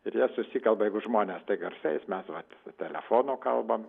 ir jie susikalba jeigu žmonės tai garsais mes vat telefonu kalbam